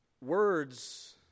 Words